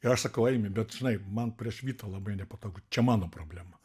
ir aš sakau eimi bet žinai man prieš vytą labai nepatogu čia mano problema